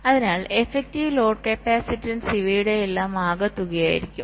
അതിനാൽ effective load capacitance ഇവയുടെയെല്ലാം ആകെ തുക ആയിരിക്കും